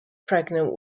pregnant